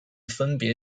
分别